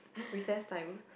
recess time